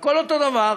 הכול אותו הדבר,